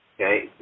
Okay